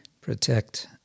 protect